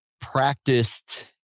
practiced